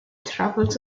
travels